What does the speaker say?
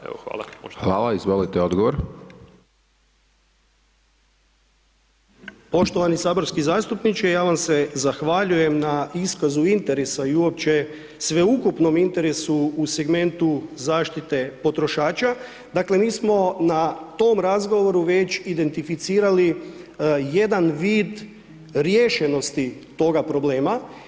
Poštovani saborski zastupniče, ja vam se zahvaljujem na iskazu interesa i uopće sveukupnom interesu u segmentu zaštite potrošača, dakle, mi smo na tom razgovoru već identificirali jedan vid riješenosti toga problema.